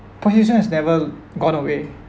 prostitution has never gone away